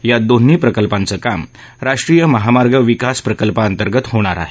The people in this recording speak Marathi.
या दोन्ही प्रकल्पांचं काम राष्ट्रीय महामार्ग विकास प्रकल्पांतर्गत केलं जाणार आहे